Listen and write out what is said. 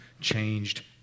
changed